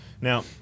Now